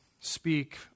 speak